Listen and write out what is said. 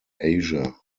asia